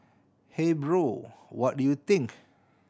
hey bro what do you think